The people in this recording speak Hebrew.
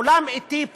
פעם העולם היה אטי,